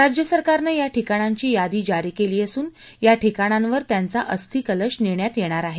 राज्य सरकारनं या ठिकाणांची यादी जारी केली असून या ठिकाणांवर त्यांचा अस्थि कलश नेण्यात येणार आहे